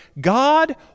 God